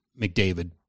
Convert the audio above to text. McDavid